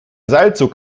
seilzug